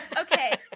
okay